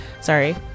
sorry